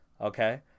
okay